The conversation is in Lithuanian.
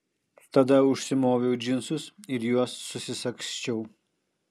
tada užsimoviau džinsus ir juos susisagsčiau